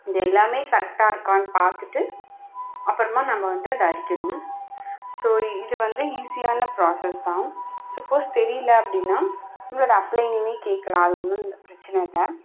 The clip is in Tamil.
இது எல்லாமே கரெக்டாக இருக்கான்னு பார்த்துட்டு அப்புறமா நம்ம வந்துட்டு அதை அடிக்கணும் ஸோ இது வந்து ஈஸியான ப்ராஸெஸ் தான் சப்போஸ் தெரியல அப்படின்னா உங்களோடய அப்ளைன்னேயுமே கேட்கலாம் அது ஒன்றும் பிரச்சின இல்லை